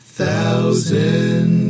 thousand